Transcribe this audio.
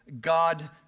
God